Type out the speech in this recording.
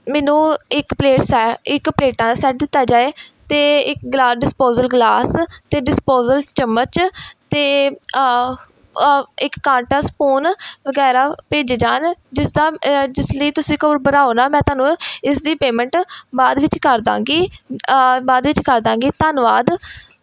ਮੈਨੂੰ ਇੱਕ ਪਲੇਟਸ ਸੈ ਇੱਕ ਪਲੇਟਾਂ ਸੈਟ ਦਿੱਤਾ ਜਾਵੇ ਅਤੇ ਇੱਕ ਗਲਾਸ ਡਿਸਪੋਜਲ ਗਲਾਸ ਅਤੇ ਡਿਸਪੋਜਲ ਚਮਚ ਅਤੇ ਇੱਕ ਕਾਂਟਾ ਸਪੂਨ ਵਗੈਰਾ ਭੇਜੇ ਜਾਣ ਜਿਸਦਾ ਜਿਸ ਲਈ ਤੁਸੀਂ ਘਬਰਾਉ ਨਾ ਮੈਂ ਤੁਹਾਨੂੰ ਇਸ ਦੀ ਪੇਮੈਂਟ ਬਾਅਦ ਵਿੱਚ ਕਰ ਦਵਾਂਗੀ ਬਾਅਦ ਵਿਚ ਕਰ ਦਵਾਂਗੀ ਧੰਨਵਾਦ